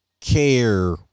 care